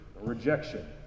rejection